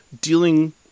dealing